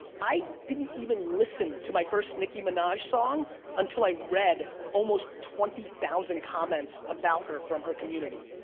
i didn't even listen to my first nicki minaj song until i read almost twenty thousand comments about her from her community.